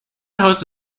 house